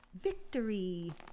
victory